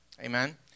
Amen